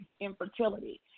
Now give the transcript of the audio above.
infertility